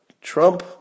Trump